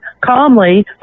calmly